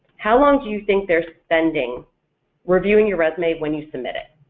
how long do you think they're spending reviewing your resume when you submit it?